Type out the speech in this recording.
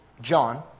John